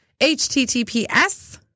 https